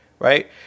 Right